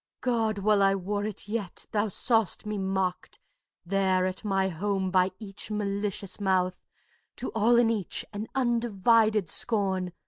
god! while i wore it yet, thou saw'st me mocked there at my home by each malicious mouth to all and each, an undivided scorn.